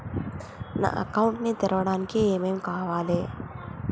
నా అకౌంట్ ని తెరవడానికి ఏం ఏం కావాలే?